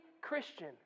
Christian